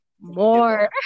more